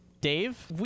Dave